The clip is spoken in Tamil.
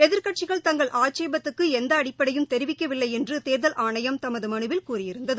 எதிர்க்கட்சிகள் தங்கள் ஆட்சேபத்துக்கு எந்த அடிப்படையும் தெரிவிக்கவில்லை என்று தேர்தல் ஆணையம் தனது மனுவில் கூறியிருந்தது